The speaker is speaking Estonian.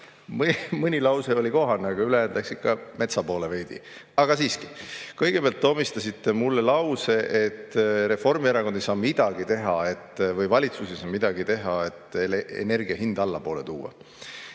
Mõni lause oli kohane, aga ülejäänud läks ikka metsa poole veidi. Kõigepealt omistasite mulle lause, et Reformierakond ei saa midagi teha või valitsus ei saa midagi teha, et energia hinda allapoole tuua.